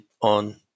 on